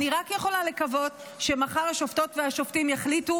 אני רק יכולה לקוות שמחר השופטות והשופטים יחליטו